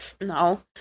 no